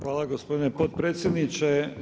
Hvala gospodine potpredsjedniče.